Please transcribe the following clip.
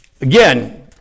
again